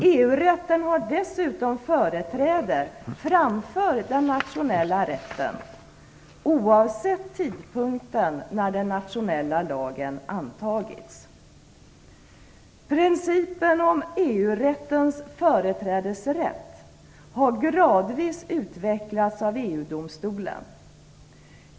EU-rätten har dessutom företräde framför den nationella rätten, oavsett tidpunkten när den nationella lagen antagits. Principen om EU-rättens företrädesrätt har gradvis utvecklats av EU-domstolen.